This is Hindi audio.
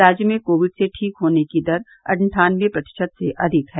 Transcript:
राज्य में कोविड से ठीक होने की दर अट्ठानबे प्रतिशत से अधिक है